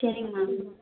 சரிங்க மேம்